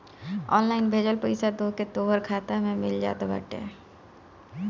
online भेजल पईसा तोहके तोहर खाता में मिल जात बाटे